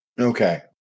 Okay